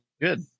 good